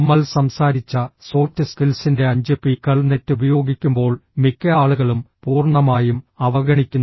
നമ്മൾ സംസാരിച്ച സോഫ്റ്റ് സ്കിൽസിന്റെ അഞ്ച് പി കൾ നെറ്റ് ഉപയോഗിക്കുമ്പോൾ മിക്ക ആളുകളും പൂർണ്ണമായും അവഗണിക്കുന്നു